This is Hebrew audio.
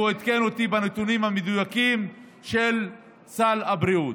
והוא עדכן אותי בנתונים המדויקים של סל הבריאות.